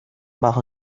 bajo